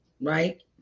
Right